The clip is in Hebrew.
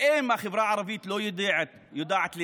האם החברה הערבית לא יודעת לנהל?